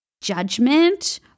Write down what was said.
judgment